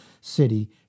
city